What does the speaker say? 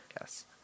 Yes